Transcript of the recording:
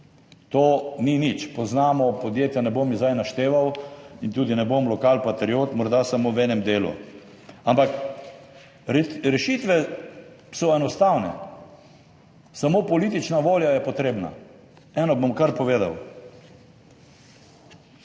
to ni nič. Poznamo podjetja, ne bom zdaj našteval in tudi ne bom lokalpatriot, morda samo v enem delu, ampak rešitve so enostavne. Samo politična volja je potrebna. Eno bom kar povedal,